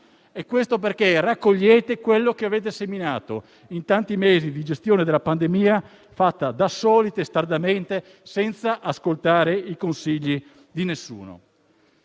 Questo perché raccogliete quello che avete seminato in tanti mesi di gestione della pandemia fatta da soli, testardamente, senza ascoltare i consigli di nessuno.